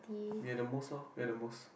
we're the most loh we're the most